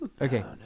Okay